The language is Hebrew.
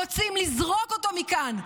רוצים לזרוק אותו מכאן,